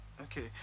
Okay